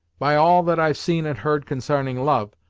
by all that i've seen and heard consarning love,